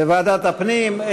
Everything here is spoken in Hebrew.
ועדת הפנים.